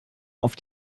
auf